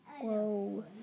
Whoa